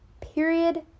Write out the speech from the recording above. Period